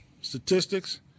statistics